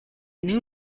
new